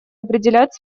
определять